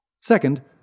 Second